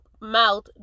mouth